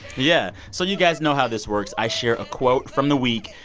yeah. so you guys know how this works. i share a quote from the week.